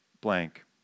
blank